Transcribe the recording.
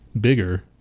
bigger